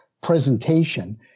presentation